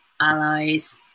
allies